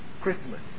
Christmas